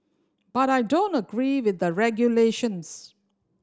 but I don't agree with the regulations